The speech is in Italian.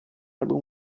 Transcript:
album